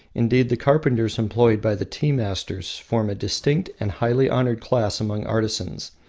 indeed, the carpenters employed by the tea-masters form a distinct and highly honoured class among artisans,